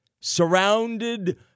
Surrounded